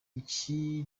iki